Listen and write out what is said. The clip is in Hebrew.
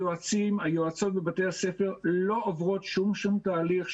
היועצות בבתי הספר לא עוברות שום תהליך,